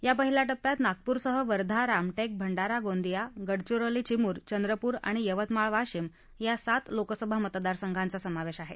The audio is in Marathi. या पहिल्या टप्प्यात नागपूरसह वर्धा रामटेक भंडारा गोंदिया गडचिरोली चिमूर चंद्रपूर आणि यवतमाळ वाशिम या सात लोकसभा मतदारसंघांचा समावेश आहे